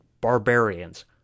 barbarians